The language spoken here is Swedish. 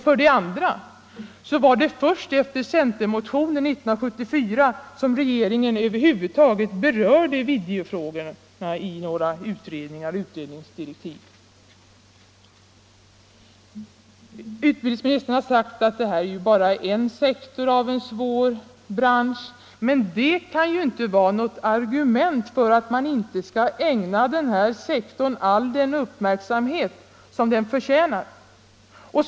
För det andra var det först efter centerns motion 1974 som regeringen över huvud taget berörde videofrågorna i någon utredning eller några utredningsdirektiv. Vidare sade utbildningsministern att detta bara är en sektor av en svår bransch. Men det kan ju inte vara något argument för att man inte skall ägna den sektorn all den uppmärksamhet som den förtjänar!